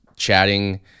chatting